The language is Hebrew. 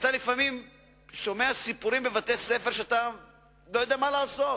כשלפעמים אתה שומע סיפורים על בתי-ספר שאתה לא יודע מה לעשות,